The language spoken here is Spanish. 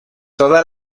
todas